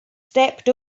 stepped